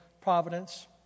providence